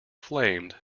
flamed